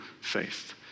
faith